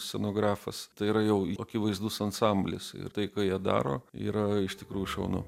scenografas tai yra jau akivaizdus ansamblis ir tai ką jie daro yra iš tikrųjų šaunu